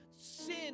Sin